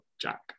Jack